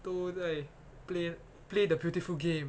对不对 play play the beautiful game